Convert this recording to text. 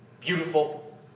beautiful